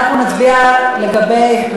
אנחנו נעבור להצבעה.